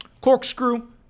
corkscrew